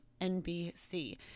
NBC